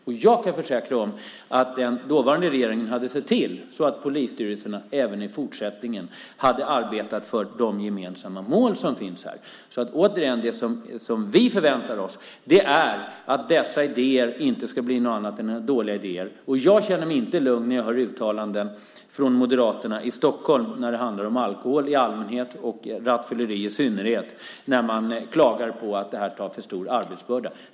Jag kan också försäkra att den dåvarande regeringen hade sett till att polisstyrelserna även i fortsättningen arbetade för de gemensamma mål som finns här. Återigen: Det vi förväntar oss är att dessa idéer inte blir annat just dåliga idéer. Jag känner mig inte lugn när jag hör uttalanden från Moderaterna i Stockholm när det gäller alkohol i allmänhet och rattfylleri i synnerhet och när man klagar över att det här blir en för stor arbetsbörda.